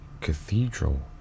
cathedral